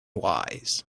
wise